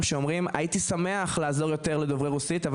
ואומרים שהיו שמחים לעזור לדוברי רוסית,